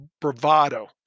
bravado